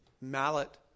mallet